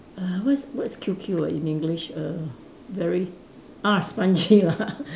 err what's what is Q Q ah in English err very ah spongy lah